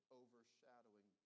overshadowing